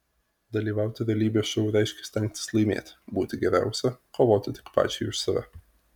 dalyvauti realybės šou reiškia stengtis laimėti būti geriausia kovoti tik pačiai už save